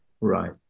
Right